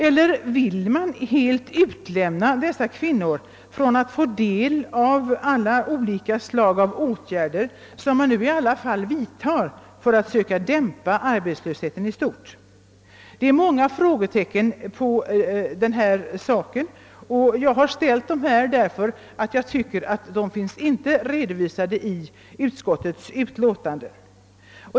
Eller vill man helt utestänga dessa kvinnor från att få del av olika slag av åtgärder som man nu i alla fall vidtar för att söka dämpa arbetslösheten i stort? Det är många frågetecken, och jag har ställt frågorna därför att jag tycker att de inte finns redovisade i utskottets utlåtande.